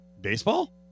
baseball